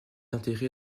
enterré